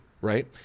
right